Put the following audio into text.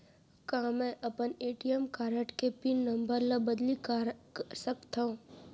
का मैं अपन ए.टी.एम कारड के पिन नम्बर ल बदली कर सकथव?